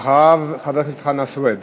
אחריו, חבר הכנסת חנא סוייד.